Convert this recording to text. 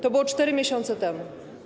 To było 4 miesiące temu.